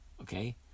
Okay